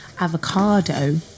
avocado